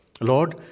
Lord